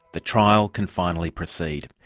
the trial can finally proceed.